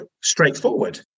straightforward